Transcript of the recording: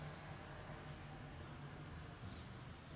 but they are really cute people they are really cute boys